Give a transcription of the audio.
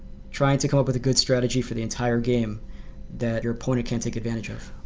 trying to come up with a good strategy for the entire game that your opponent can't take advantage of.